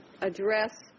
address